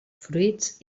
fruits